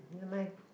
nevermind